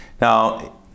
Now